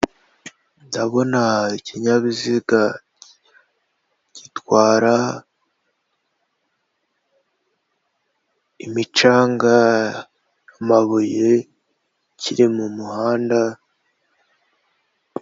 Ndabona ikinyabiziga gitwara imicanga, amabuye kiri mu muhanda.